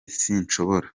sinshobora